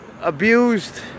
abused